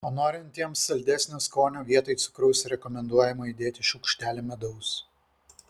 o norintiems saldesnio skonio vietoj cukraus rekomenduojama įdėti šaukštelį medaus